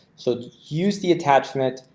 so use the attachment.